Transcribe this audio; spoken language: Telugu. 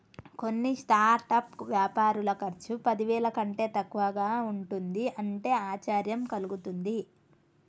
కొన్ని స్టార్టప్ వ్యాపారుల ఖర్చు పదివేల కంటే తక్కువగా ఉంటుంది అంటే ఆశ్చర్యం కలుగుతుంది